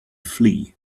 flee